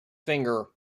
finger